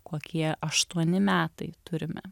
kokie aštuoni metai turime